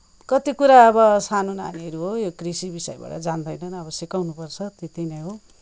कति कुरा अब सानो नानीहरू हो यो कृषि विषयबारे अब जान्दैनन् अब सिकाउनु पर्छ त्यति नै हो